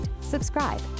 subscribe